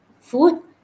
food